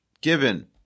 given